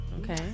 okay